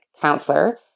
counselor